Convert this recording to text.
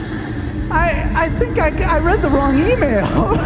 i think i read the wrong email.